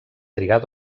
trigar